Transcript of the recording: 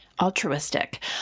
altruistic